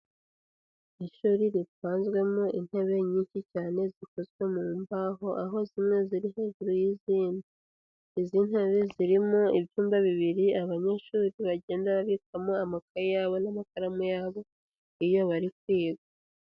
Ishuri ripanzwemo intebe nyinshi cyane zikozwe mu mbaho aho zimwe ziri hejuru y'izindi. Izi ntebe zirimo ibyumba bibiri abanyeshuri bagenda babikamo amakaye yabo n'amakaramu yabo, iyo bari kwiga.